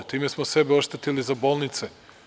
Time smo sebe oštetili za bolnice.